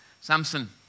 Samson